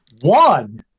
One